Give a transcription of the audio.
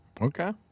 Okay